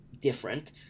different